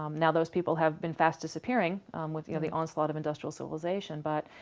um now those people have been fast-disappearing with the the onslaught of industrial civilization but,